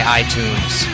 iTunes